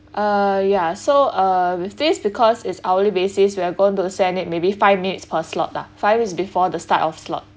uh ya so uh with this because it's hourly basis we are going to send it maybe five minutes per slot lah five minutes before the start of slot